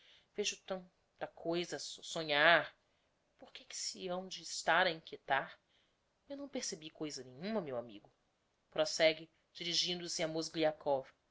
vejo tan ta coisa a so sonhar por que é que se hão-de estar a inquietar eu não percebi coisa nenhuma meu amigo prosegue dirigindo-se a mozgliakov